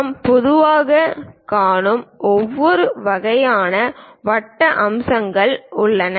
நாம் பொதுவாகக் காணும் பல்வேறு வகையான வட்ட அம்சங்கள் உள்ளன